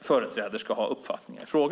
företräder ska ha en uppfattning i frågan.